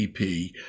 EP